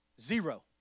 zero